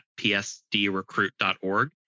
psdrecruit.org